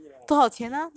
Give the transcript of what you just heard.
send it to me lah